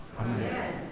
Amen